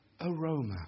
aroma